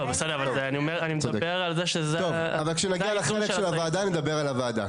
טוב, אבל כשנגיע לחלק של הוועדה נדבר על הוועדה.